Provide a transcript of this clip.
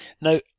Now